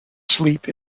asleep